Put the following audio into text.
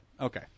okay